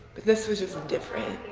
but this was just different.